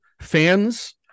fans